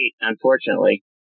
unfortunately